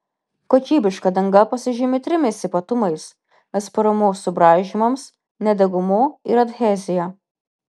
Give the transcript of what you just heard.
kokybiška danga pasižymi trimis ypatumais atsparumu subraižymams nedegumu ir adhezija